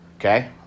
Okay